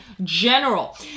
general